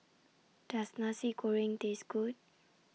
Does Nasi Goreng Taste Good